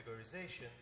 categorization